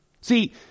See